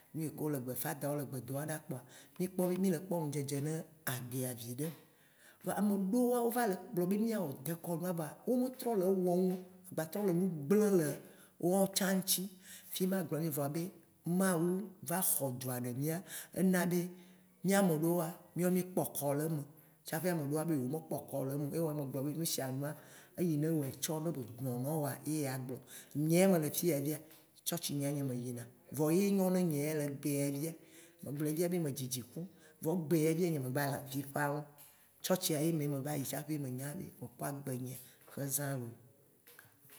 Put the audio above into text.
Ne yi ke le gbe fadawo le gbe doaɖa kpoa, mìkpɔ mì le kpɔ ŋdzedze ne agbea viɖe, voa ameɖewoa wo va le gblɔ be mìawɔ dekɔnua vɔa, wometrɔ le ewɔm o, wò gbatrɔ le nu gblem le woatsã tsa ŋti. Fima gblɔ mile le vɔ be Mawu va xɔ dzua ne mìa, ena be mìa ameɖewoa, mì kpɔ xɔ le eme, tsaƒe ameɖewo ya wo be yewo me kpɔ xɔ le eme o. Ye wɔ me gblɔ be nusianua, eyi ne wo etsɔ ye ya gblɔ̃. Nyea mele fiya via, tsɔtsi ye nyea nye meyina, vɔa ye nyo ne nyea, le egbe ya via. Megblɔe via be medzi dziku, vɔa egbe ya via, nye me gba le avi fa mo, tsɔtsia ye me meva yi tsaƒe me nya be mekpo agbe nyea ƒe zã loo.